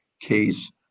case